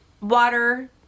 water